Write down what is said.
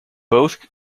both